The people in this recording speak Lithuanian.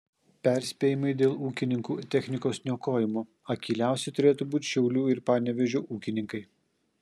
perspėjimai dėl ūkininkų technikos niokojimo akyliausi turėtų būti šiaulių ir panevėžio ūkininkai